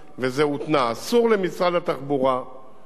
אסור למשרד התחבורה לתקצב